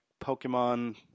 Pokemon